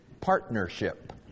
partnership